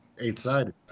eight-sided